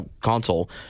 console